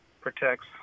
protects